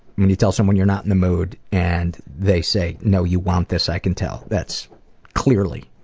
when you tell someone you're not in the mood and they say no you want this, i can tell, that's clearly,